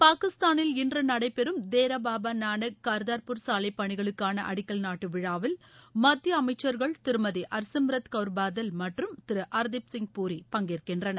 பாகிஸ்தானில் இன்று நடைபெறும் தேரா பாபா நானக் கார்தார்பூர் சாலைபணிகளுக்கான அடிக்கல் நாட்டு விழாவில் மத்திய அமைச்சர்கள் திருமதி ஹர்சிம்ரத் பாதல் மற்றும் கவுர் திரு ஹர்தீப் சிங் பூரி பங்கேற்கின்றனர்